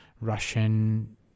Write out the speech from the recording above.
Russian